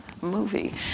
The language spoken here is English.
movie